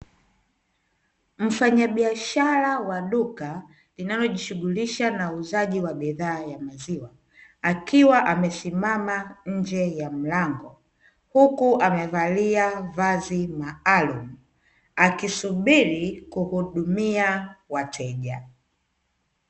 Mfanyabiashara wa duka linalojishughulisha na uuzaji wa bidhaa ya maziwa, akiwa amesimama nje ya mlango. Huku amevalia vazi maalumu akisubiri kuhudumia wateja.